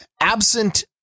absent